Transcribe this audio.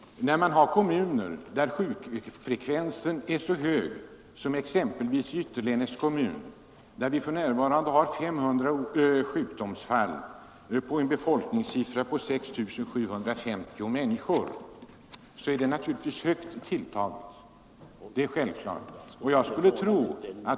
I kommunen Ytterlännäs, som har en befolkning på 6 750 människor, uppgår antalet sjukdomsfall nu till 500. Det är ju en mycket hög siffra.